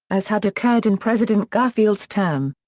as had occurred in president garfield's term.